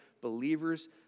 believers